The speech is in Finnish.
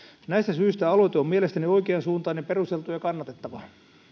näistä syistä aloite on mielestäni oikeansuuntainen perusteltu ja kannatettava